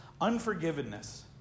Unforgiveness